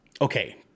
Okay